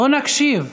בואו נקשיב.